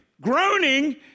groaning